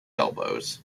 elbows